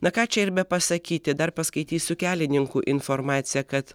na ką čia ir bepasakyti dar paskaitysiu kelininkų informaciją kad